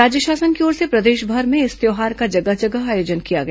राज्य शासन की ओर से प्रदेशभर में इस त्यौहार का जगह जगह आयोजन किया गया